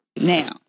Now